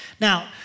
Now